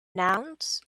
nouns